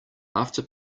after